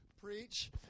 preach